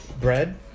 bread